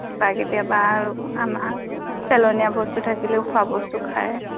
কিবা আমাৰ পেলনীয়া বস্তু থাকিলেও খোৱা বস্তু খায়